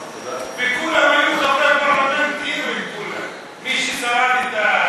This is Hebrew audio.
וכולם היו חברי פרלמנט אירים, כולם, מי ששרד את,